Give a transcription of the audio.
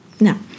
Now